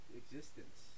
existence